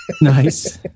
nice